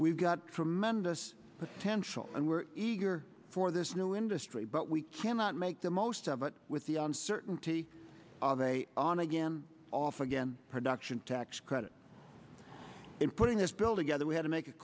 we've got tremendous potential and we're eager for this new industry but we cannot make the most of it with the uncertainty of a on again off again production tax credit in putting this bill to gether we had to make a